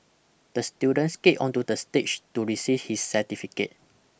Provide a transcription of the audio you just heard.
the student skated onto the stage to receive his certificate